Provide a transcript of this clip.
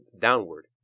downward